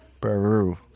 Peru